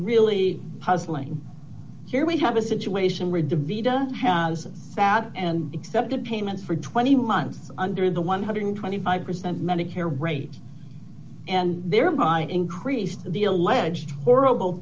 really puzzling here we have a situation rigged to be done bad and accepted payments for twenty months under the one hundred and twenty five percent medicare rate and thereby increased the alleged horrible